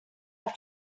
auf